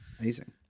amazing